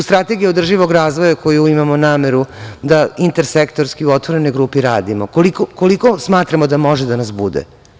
U Strategiji održivog razvoja, koju imamo nameru da inter sektorski u otvorenoj grupi radimo, koliko smatramo da može da nas bude?